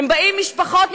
הם באים משפחות-משפחות,